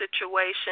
situation